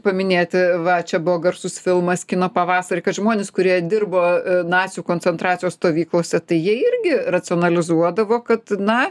paminėti va čia buvo garsus filmas kino pavasarį kad žmonės kurie dirbo nacių koncentracijos stovyklose tai jie irgi racionalizuodavo kad na